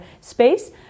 space